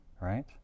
right